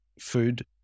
food